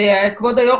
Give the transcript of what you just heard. וכבוד היושב ראש,